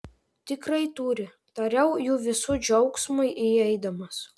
tikrai turi tariau jų visų džiaugsmui įeidamas